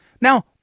Now